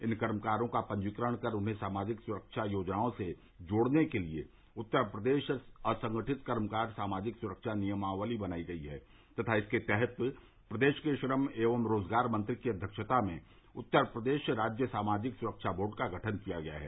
इन कर्मकारों का पंजीकरण कर उन्हें सामाजिक सुरक्षा योजनाओं से जोड़ने के लिए उत्तर प्रदेश असंगठित कर्मकार सामाजिक सुरक्षा नियमावली बनाई गई है तथा इसके तहत प्रदेश के श्रम एवं रोजगार मंत्री की अध्यक्षता में उत्तर प्रदेश राज्य सामाजिक सुरक्षा बोर्ड का गठन किया गया है